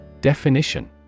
Definition